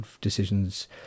decisions